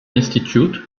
institute